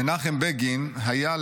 "מנחם בגין היה,